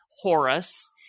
Horus